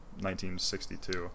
1962